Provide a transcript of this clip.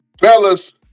Fellas